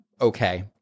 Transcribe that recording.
okay